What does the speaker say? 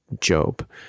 Job